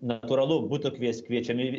natūralu būtų kvies kviečiami